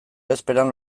bezperan